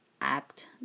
act